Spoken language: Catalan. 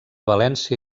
valència